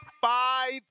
five